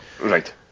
right